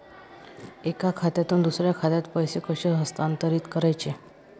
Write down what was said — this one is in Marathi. एका खात्यातून दुसऱ्या खात्यात पैसे कसे हस्तांतरित करायचे